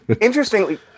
interestingly